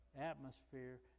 atmosphere